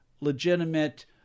legitimate